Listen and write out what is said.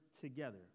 together